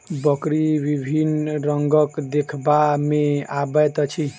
बकरी विभिन्न रंगक देखबा मे अबैत अछि